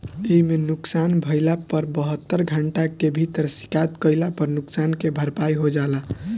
एइमे नुकसान भइला पर बहत्तर घंटा के भीतर शिकायत कईला पर नुकसान के भरपाई हो जाला